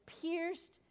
pierced